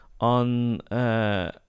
on